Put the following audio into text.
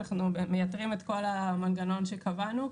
אנחנו מייתרים את כל המנגנון שקבענו,